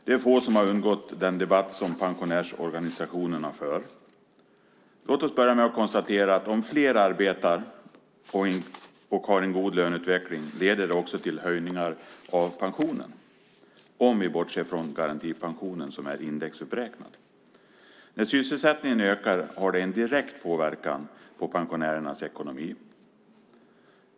Det är få som har undgått den debatt som pensionärsorganisationerna för. Låt oss börja med att konstatera att om fler arbetar och har en god löneutveckling leder det också till höjningar av pensionen, om vi bortser från garantipensionen som är indexuppräknad. När sysselsättningen ökar har det en direkt påverkan på pensionärernas ekonomi.